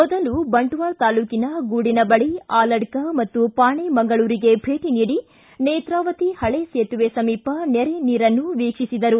ಮೊದಲು ಬಂಟ್ವಾಳ ತಾಲೂಕಿನ ಗೂಡಿನಬಳಿ ಆಲಡ್ಡ ಮತ್ತು ಪಾಣೆಮಂಗಳೂರಿಗೆ ಭೇಟಿ ನೀಡಿ ನೇತ್ರಾವತಿ ಹಳೆ ಸೇತುವೆ ಸಮೀಪ ನೆರೆ ನೀರನ್ನು ವೀಕ್ಷಿಸಿದರು